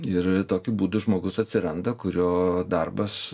ir tokiu būdu žmogus atsiranda kurio darbas